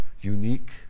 unique